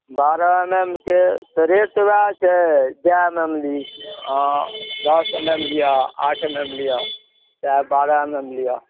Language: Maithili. बारह एम एम के तऽ रेट तऽ वएह छै जै एम एम ली दस एम एम लिअऽ आठ एम एम लिअऽ चाहे बारह एम एम लिअऽ